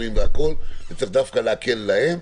וצריך דווקא להקל אצלם.